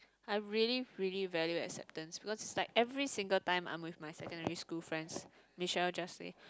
I really really value acceptance because like every single time I'm with my secondary school friends Michelle just say